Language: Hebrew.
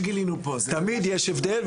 תמיד יש הבדל,